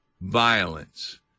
violence